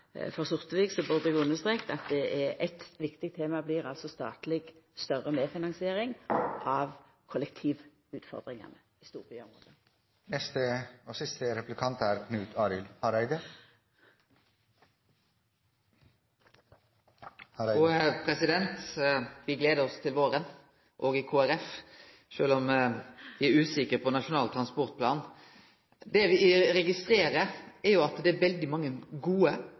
burde eg ha understreka at eitt viktig tema blir større statleg medfinansiering av kollektivutfordringane i storbyane våre. Me gler oss til våren òg i Kristeleg Folkeparti, sjølv om me er usikre på Nasjonal transportplan. Det me registrerer, er at det er veldig mange gode,